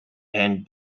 and